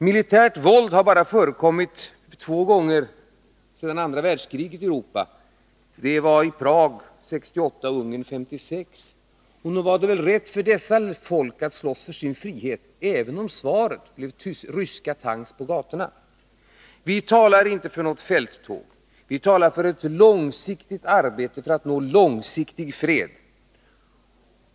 Militärt våld har förekommit i Europa bara två gånger sedan andra världskriget — i Prag 1968 och i Ungern 1956. Nog var det väl rätt för dessa folk att slåss för sin frihet, även om svaret blev ryska tanks på gatorna. Vi talar inte för något fälttåg. Vi talar för ett långsiktigt arbete för att nå långsiktig fred.